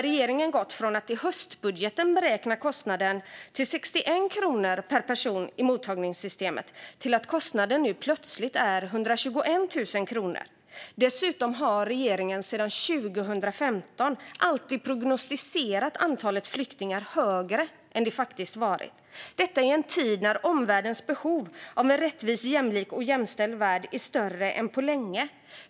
Regeringen har gått från att i höstbudgeten beräkna kostnaden per person i mottagningssystemet till 61 000 kronor till att nu plötsligt beräkna den till 121 000 kronor. Dessutom har regeringen sedan 2015 alltid prognostiserat antalet flyktingar högre än det faktiskt kommit att bli. Detta sker i en tid när omvärldens behov av en rättvis, jämlik och jämställd värld är större än på länge.